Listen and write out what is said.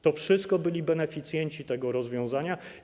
To wszystko byli beneficjenci tego rozwiązania.